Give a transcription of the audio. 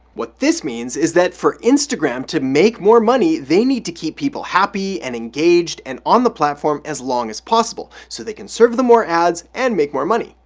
what this means, is that for instagram to make more money they need to keep people happy and engaged and on the platform as long as possible, so they can serve the more ads and make more money.